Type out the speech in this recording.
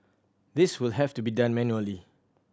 this will have to be done manually